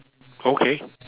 okay